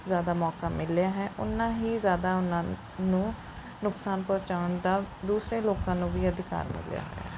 ਜ਼ਿਆਦਾ ਮੌਕਾ ਮਿਲਿਆ ਹੈ ਉਨ੍ਹਾਂ ਹੀ ਜ਼ਿਆਦਾ ਉਹਨਾਂ ਨੂੰ ਨੁਕਸਾਨ ਪਹੁੰਚਾਉਣ ਦਾ ਦੂਸਰੇ ਲੋਕਾਂ ਨੂੰ ਵੀ ਅਧਿਕਾਰ ਮਿਲਿਆ ਹੈ